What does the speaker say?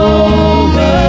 over